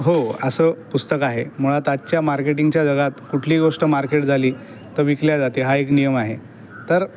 हो असं पुस्तक आहे मुळात आजच्या मार्केटिंगच्या जगात कुठली गोष्ट मार्केट झाली तर विकली जाते हा एक नियम आहे तर